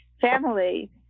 family